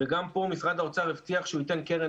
גם כאן שרד האוצר הבטיח שהוא ייתן קרן